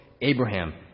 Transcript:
abraham